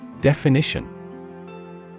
Definition